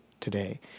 today